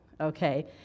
okay